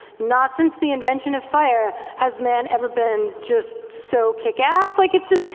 not since the invention of fire has man ever been just so kick ass, like it's just,